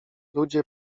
ludzie